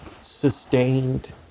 sustained